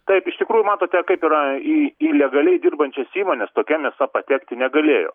taip iš tikrųjų matote kaip yra į į legaliai dirbančias įmones tokia mėsa patekti negalėjo